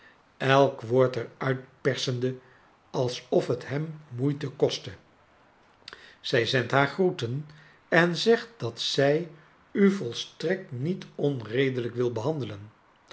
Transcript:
elk woord er uit persende alsof het hem moeite kostte zij zendt haar groeten en zegt dat zij u yolstrekt niet onre delijk wil behandelen